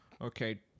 okay